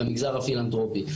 והמגזר הפילנטרופי.